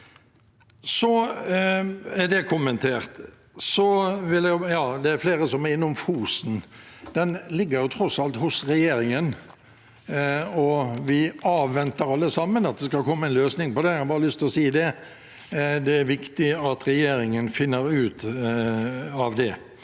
Det er flere som er innom Fosen-saken. Den ligger tross alt hos regjeringen, og vi avventer alle sammen at det skal komme en løsning på det. Jeg har bare lyst til å si det. Det er viktig at regjeringen finner ut av det.